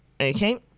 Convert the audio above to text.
Okay